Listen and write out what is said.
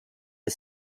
del